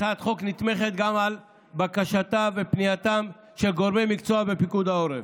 הצעת החוק נתמכת גם על בקשתם ופנייתם של גורמי מקצוע בפיקוד העורף.